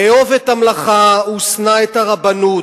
"אהוב את המלאכה ושנא את הרבנות.